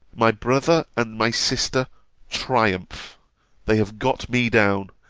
my brother and my sister triumph they have got me down,